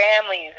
families